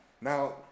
Now